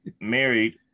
married